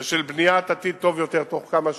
ושל בניית עתיד טוב יותר בתוך כמה שנים,